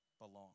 belong